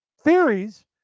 theories